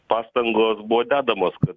pastangos buvo dedamos kad